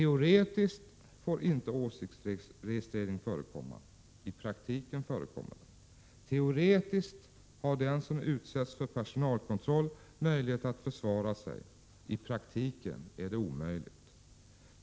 Teoretiskt får inte åsiktsregistrering förekomma; i praktiken förekommer den. Teoretiskt har den som utsätts för personalkontroll möjlighet att försvara sig; i praktiken är det omöjligt.